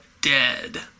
dead